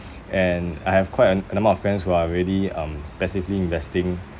and I have quite a a number of friends who are already um passively investing